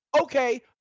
okay